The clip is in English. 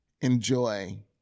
enjoy